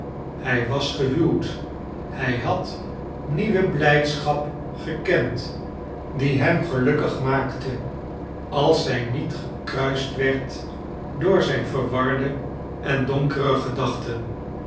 hij was gehuwd hij had nieuwe blijdschap gekend die hem gelukkig maakte als zij niet gekruist werd door zijn verwarde en donkere gedachten